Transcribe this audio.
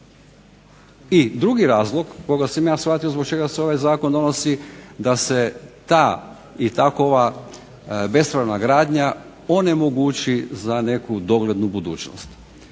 I drugi razlog koliko sam ja shvatio zbog čega se ovaj Zakon donosi da se ta i takova bespravna gradnja onemogući za nekakvu doglednu budućnost.